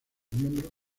miembros